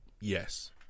Yes